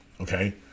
Okay